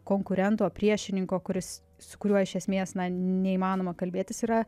konkurento priešininko kuris su kuriuo iš esmės neįmanoma kalbėtis yra